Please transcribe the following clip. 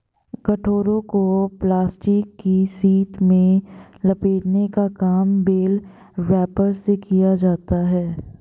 गट्ठरों को प्लास्टिक की शीट में लपेटने का काम बेल रैपर से किया जाता है